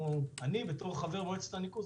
בתור חבר מועצת הניקוז,